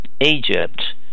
Egypt